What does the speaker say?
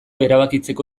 erabakitzeko